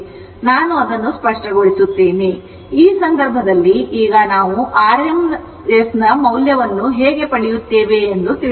ಆದ್ದರಿಂದ ಈ ಸಂದರ್ಭದಲ್ಲಿ ಈಗ ನಾವು r m ನ ಮೌಲ್ಯವನ್ನು ಹೇಗೆ ಪಡೆಯುತ್ತೇವೆ ಎಂದು ತಿಳಿಯೋಣ